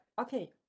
okay